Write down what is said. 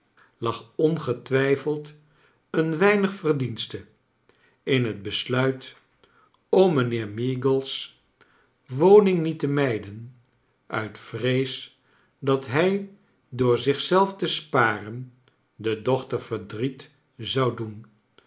lag ongetwijfeld een weinig verdienste in het besluit om mijnheer meagles woning niet te mij den uit vrees dat hij door zich zelf te sparen de docliter verdriet zou doen